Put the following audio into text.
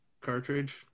cartridge